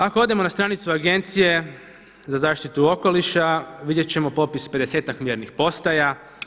Ako odemo na stranicu Agencije za zaštitu okoliša vidjet ćemo popis pedesetak mjernih postaja.